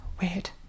weird